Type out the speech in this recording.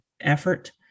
effort